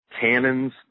cannons